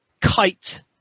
kite